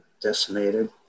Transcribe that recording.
decimated